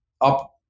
up